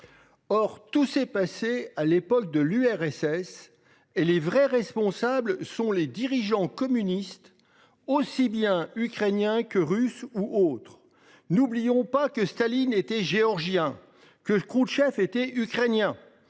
Or, tout s'est passé à l'époque de l'URSS et les vrais responsables sont les dirigeants communistes. Aussi bien ukrainiens que russes ou autres, n'oublions pas que Staline était géorgien que Khrouchtchev été ukrainien